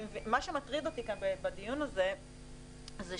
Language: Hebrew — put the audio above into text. מה שמטריד אותי כאן בדיון הזה הוא שיש,